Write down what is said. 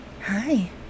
Hi